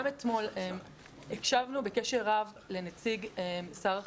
גם אתמול הקשבנו בקשב רב לנציג שר החינוך,